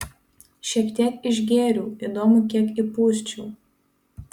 šiek tiek išgėriau įdomu kiek įpūsčiau